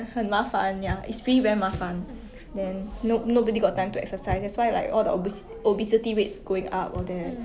so it's like very ironic in a sense that it's like maybe it's not like certain body maybe there isn't a perfect body image